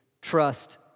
Trust